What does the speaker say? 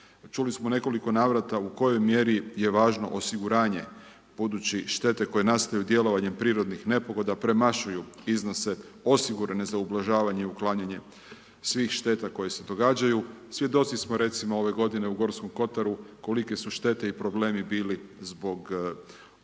Čuli smo u nekoliko navrata, u kojoj mjeri je važno osiguranje, buduće štete koje nastoje djelovanjem prirodnih nepogoda, premašuju iznose osigurane za ugrožavanje i uklanjanje svih šteta koje se događaju. Svjedoci smo recimo ove g. u Gorskom kotaru, kolike su štete i problemi bili zbog olujnog